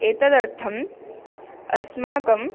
एतदर्थम् अस्माकम्